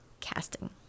casting